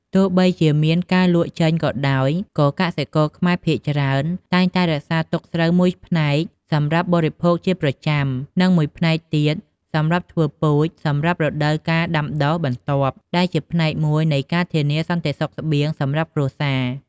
ទោះបីជាមានការលក់ចេញក៏ដោយ ក៏កសិករខ្មែរភាគច្រើនតែងតែរក្សាទុកស្រូវមួយផ្នែកសម្រាប់បរិភោគជាប្រចាំ និងមួយផ្នែកទៀតសម្រាប់ធ្វើពូជសម្រាប់រដូវកាលដាំដុះបន្ទាប់ ដែលជាផ្នែកមួយនៃការធានាសន្តិសុខស្បៀងសម្រាប់គ្រួសារ។